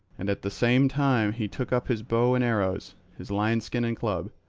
and at the same time he took up his bow and arrows, his lion skin and club,